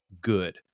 good